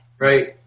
Right